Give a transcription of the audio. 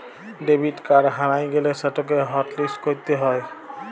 debit card হারাঁয় গ্যালে সেটকে হটলিস্ট ক্যইরতে হ্যয়